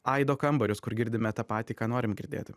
aido kambarius kur girdime tą patį ką norim girdėti